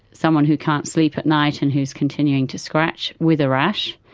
someone who can't sleep at night and who is continuing to scratch, with a rash.